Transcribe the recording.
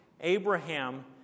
Abraham